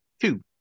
Two